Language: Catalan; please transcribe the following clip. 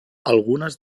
algunes